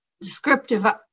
descriptive